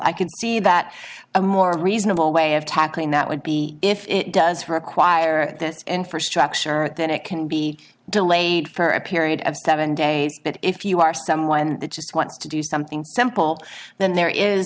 i can see that a more reasonable way of tackling that would be if it does require this infrastructure and then it can be delayed for a period of seven days but if you are someone that just wants to do something simple then there is